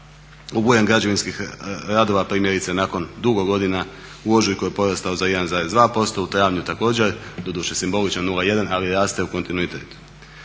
Obujam građevinskih radova primjerice nakon dugo godina u ožujku je porastao za 1,2%, u travnju također, doduše simbolično 0,1 ali raste u kontinuitetu.